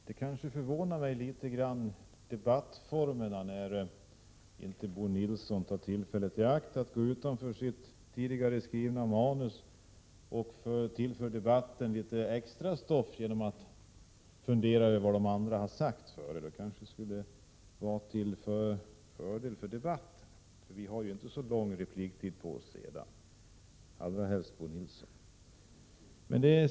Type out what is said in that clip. Herr talman! Debattformerna förvånar mig litet grand, när Bo Nilsson inte tar tillfället i akt att gå utanför sitt i förväg skrivna manus och tillföra debatten litet extra stoff genom att fundera över vad de andra deltagarna har sagt. Det kanske skulle vara till fördel för debatten. Vi har ju inte så lång repliktid på oss sedan, allra helst Bo Nilsson.